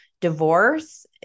divorce